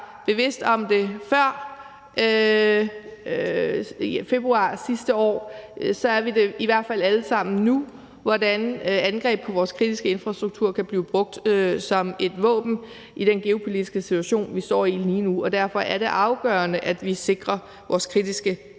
bevidst om det før februar sidste år, så er vi det i hvert fald alle sammen nu, i forhold til hvordan angreb på vores kritiske infrastruktur kan blive brugt som et våben i den geopolitiske situation, vi står i lige nu. Og derfor er det afgørende, at vi sikrer vores kritiske infrastruktur.